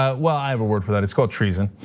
ah well, i have a word for that, it's called treason.